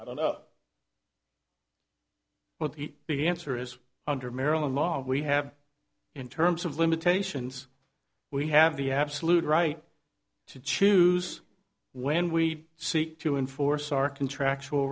i don't know what the big answer is under maryland law we have in terms of limitations we have the absolute right to choose when we seek to enforce our contractual